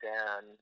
Dan